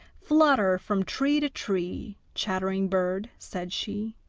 flutter from tree to tree, chattering bird said she,